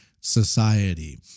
society